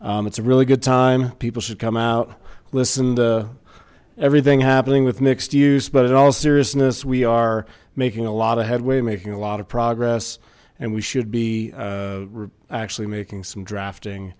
it's a really good time people should come out listen to everything happening with mixed use but in all seriousness we are making a lot of headway making a lot of progress and we should be actually making some drafting